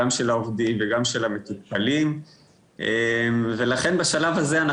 גם של העובדים וגם של המטופלים ולכן בשלב הזה,